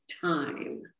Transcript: time